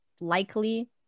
likely